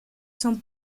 son